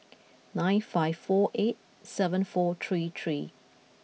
nine five four eight seven four three three